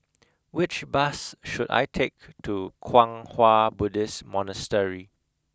which bus should I take to Kwang Hua Buddhist Monastery